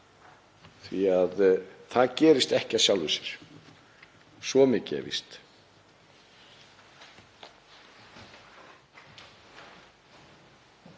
því að það gerist ekki af sjálfu sér, svo mikið er víst.